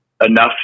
enough